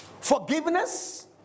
forgiveness